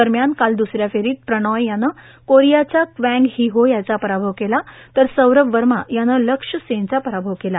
दरम्यान काल दुसऱ्या फेरीत प्रनॉय यानं कोरियाच्या क्वॅग ही हो याचा पराभव केला तर सौरभ वर्मा यानं लक्ष्य सेनचा पराभव केला